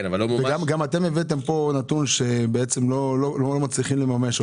גם אתם הבאתם לפה נתון, שלא מצליחים לממש אותו.